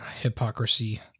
hypocrisy